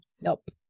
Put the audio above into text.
Nope